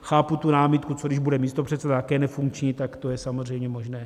Chápu tu námitku, co když bude místopředseda také nefunkční, tak to je samozřejmě možné.